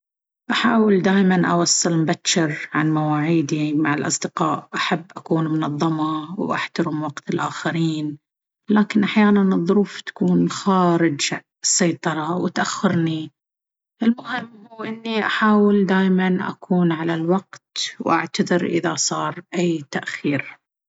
أحاول دايمًا أوصل مبجر عن مواعيدي مع الأصدقاء. أحب أكون منظمة وأحترم وقت الآخرين. لكن أحيانًا، الظروف تكون خارج السيطرة وتأخرني. المهم هو إني أحاول دايمًا أكون على الوقت وأعتذر إذا صار أي تأخير.